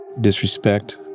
Disrespect